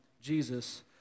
Jesus